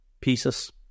pieces